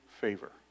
favor